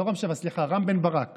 לא רם שפע, סליחה, רם בן ברק.